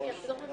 לשינויים